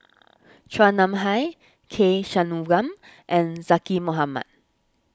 Chua Nam Hai K Shanmugam and Zaqy Mohamad